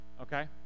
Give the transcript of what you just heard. okay